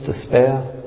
despair